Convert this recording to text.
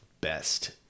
Best